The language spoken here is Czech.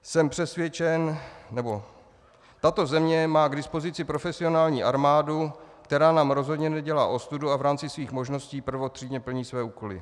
Jsem přesvědčen, nebo tato země má k dispozici profesionální armádu, která nám rozhodně nedělá ostudu a v rámci svých možností prvotřídně plní své úkoly.